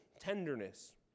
Tenderness